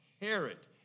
inherit